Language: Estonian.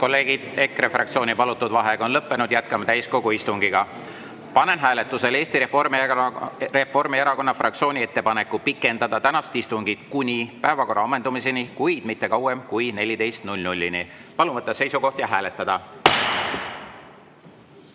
kolleegid, EKRE fraktsiooni palutud vaheaeg on lõppenud, jätkame täiskogu istungit. Panen hääletusele Eesti Reformierakonna fraktsiooni ettepaneku pikendada tänast istungit kuni päevakorra ammendumiseni, kuid mitte kauem kui kella 14-ni. Palun võtta seisukoht ja hääletada!